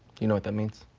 you know what that means?